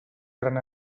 gran